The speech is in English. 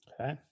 Okay